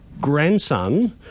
grandson